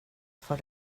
för